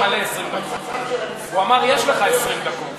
המצב של המסכנים יהיה עוד הרבה יותר קשה.